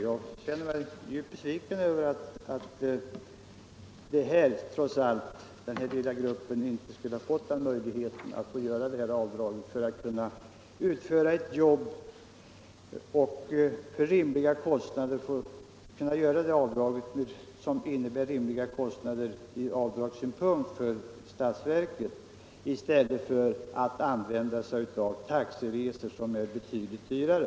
Jag känner mig djupt besviken över att denna lilla grupp av förvärvsarbetande trots allt inte får möjlighet att göra det aktuella avdraget, som skulle föranleda måttliga kostnader för statsverket. Om de synskadade hänvisas till enbart taxiresor blir kostnaderna betydligt större.